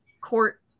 court